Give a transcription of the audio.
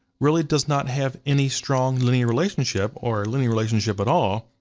really does not have any strong linear relationship or linear relationship at all,